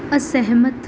ਅਸਹਿਮਤ